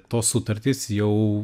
tos sutartys jau